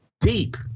Deep